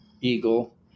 eagle